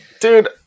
Dude